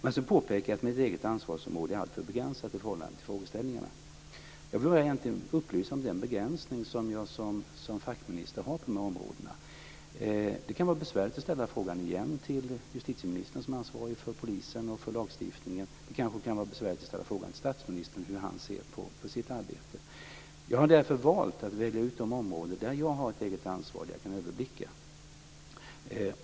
Sedan påpekade jag att mitt eget ansvarsområde är alltför begränsat i förhållande till frågeställningarna. Jag vill upplysa om den begränsning som jag som fackminister har på dessa områden. Det kan vara besvärligt att ställa frågan igen till justitieministern, som är ansvarig för lagstiftningen och polisen. Det kanske kan vara besvärligt att ställa frågan till statsministern hur han ser på sitt arbete. Jag har därför valt att välja ut de områden där jag har ett eget ansvar som jag kan överblicka.